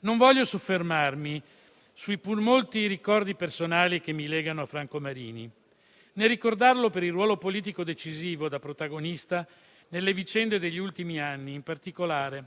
Non voglio soffermarmi sui pur molti ricordi personali che mi legano a Franco Marini, né ricordarlo per il ruolo politico decisivo da protagonista nelle vicende degli ultimi anni, in particolare